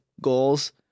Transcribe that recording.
goals